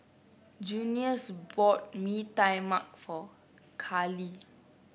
Junius bought Mee Tai Mak for Callie